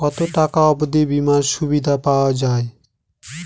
কত টাকা অবধি বিমার সুবিধা পাওয়া য়ায়?